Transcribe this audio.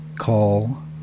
call